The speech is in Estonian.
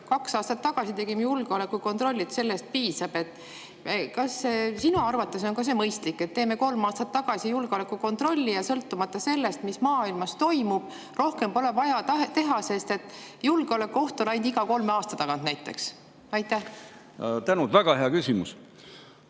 kaks aastat tagasi tegime julgeolekukontrolli, sellest piisab. Kas sinu arvates on see mõistlik, et tegime kolm aastat tagasi julgeolekukontrolli ja sõltumata sellest, mis maailmas toimub, rohkem pole vaja teha, sest julgeolekuoht on ainult iga kolme aasta tagant näiteks? Tänan, lugupeetud